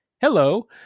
Hello